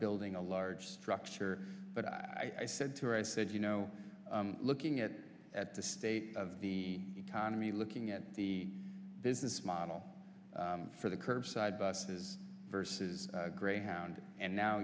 building a large structure but i said to her i said you know looking at at the state of the economy looking at the business model for the curbside buses versus greyhound and now